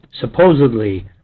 supposedly